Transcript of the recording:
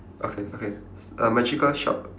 okay okay err magical shop